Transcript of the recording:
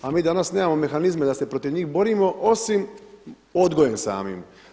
A mi danas nemamo mehanizme da se protiv njih borimo osim odgojem samim.